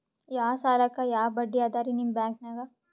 ಯಾ ಸಾಲಕ್ಕ ಯಾ ಬಡ್ಡಿ ಅದರಿ ನಿಮ್ಮ ಬ್ಯಾಂಕನಾಗ?